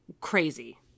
crazy